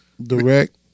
direct